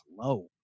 low